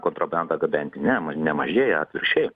kontrabandą gabenti ne nemažėja atvirkščiai